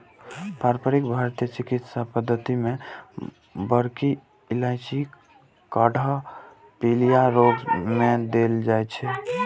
पारंपरिक भारतीय चिकित्सा पद्धति मे बड़की इलायचीक काढ़ा पीलिया रोग मे देल जाइ छै